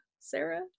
Sarah